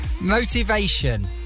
motivation